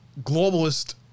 globalist